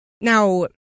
Now